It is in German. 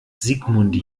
sigmund